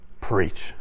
preach